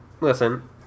listen